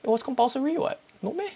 it was compulsory what no meh